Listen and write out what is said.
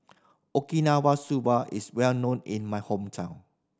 Okinawa Soba is well known in my hometown